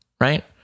right